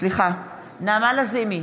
נעמה לזימי,